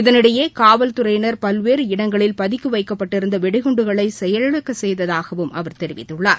தெனிடையே காவல்குறையினர் பல்வேறு இடங்களில் பதுக்கிவைக்கப்பட்டிருந்தவெடிகுண்டுகளைசெயலிழக்கசெய்ததாகவும் அவர் தெரிவித்துள்ளார்